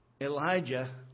Elijah